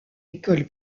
école